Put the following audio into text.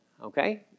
Okay